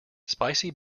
spicy